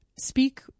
Speak